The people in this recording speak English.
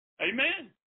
Amen